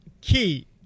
Key